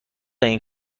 این